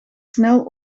snel